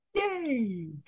Yay